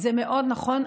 זה מאוד נכון.